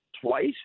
twice